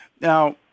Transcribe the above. Now